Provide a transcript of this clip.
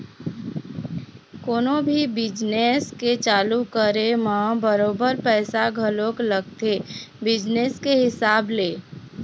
कोनो भी बिजनेस के चालू करे म बरोबर पइसा घलोक लगथे बिजनेस के हिसाब ले